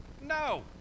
No